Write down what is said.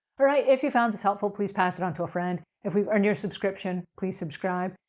all right. if you found this helpful, please pass it on to a friend. if we've earned your subscription, please subscribe.